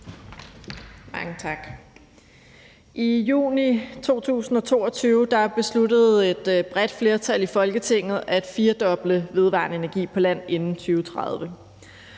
I juni 2022 besluttede et bredt flertal i Folketinget at firedoble mængden af vedvarende energi på land inden 2030.